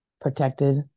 protected